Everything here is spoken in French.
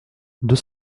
deux